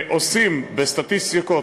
עושים סטטיסטיקות,